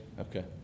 Okay